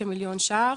כמיליון ₪,